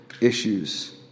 issues